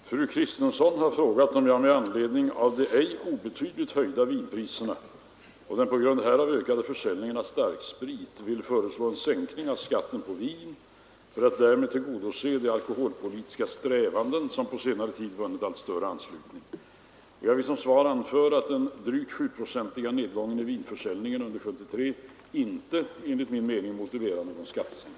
Herr talman! Fru Kristensson har frågat mig, om jag med anledning av de ej obetydligt höjda vinpriserna och den på grund härav ökade försäljningen av starksprit vill föreslå en sänkning av skatten på vin för att därmed tillgodose de alkoholpolitiska strävanden, som på senare tid vunnit allt större anslutning. Jag vill som svar anföra att den drygt 7-procentiga nedgången i vinförsäljningen under år 1973 inte enligt min mening motiverar någon skattesänkning.